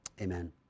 Amen